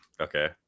Okay